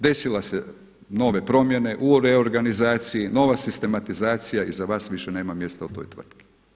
Desile su se nove promjene u reorganizaciji, nova sistematizacija i za vas više nema mjesta u toj tvrtki.